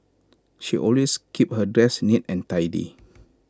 she always keeps her desk neat and tidy